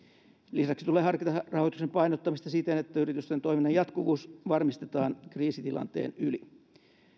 lisäksi tulee harkita rahoituksen painottamista siten että yritysten toiminnan jatkuvuus varmistetaan kriisitilanteen yli